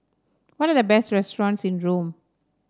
what are the best restaurants in Rome